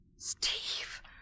Steve